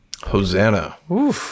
Hosanna